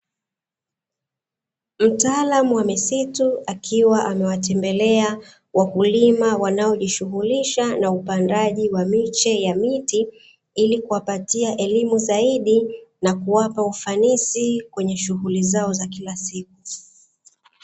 Mtaalamu wa misitu akiwa amewatembelea wakulima wanao jishughulisha na upandaji wa miche ya miti, ili kuwapatia elimu zaidi na kuwapa ufanisi kwenye shughuli zao za kila siku.